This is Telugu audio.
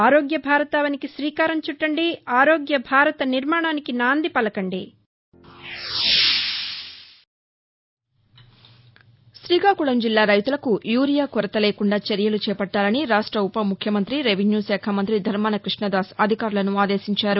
గ్రీకాకుళం జిల్లా రైతులకు యూరియా కొరత లేకుండా చర్యలు చేపట్టాలని రాష్ట ఉప ముఖ్యమంతి రెవెన్యూ శాఖ మంత్రి ధర్మాన కృష్ణదాస్ అధికారులను ఆదేశించారు